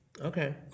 Okay